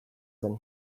zen